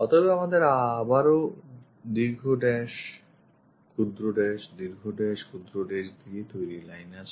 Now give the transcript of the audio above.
অতএব আমাদের আবারও দীর্ঘ dash ক্ষুদ্র dash দীর্ঘ dash ক্ষুদ্র dash দিয়ে তৈরি line আছে